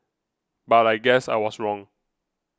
but I guess I was wrong